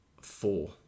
four